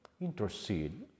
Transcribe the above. intercede